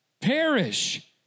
perish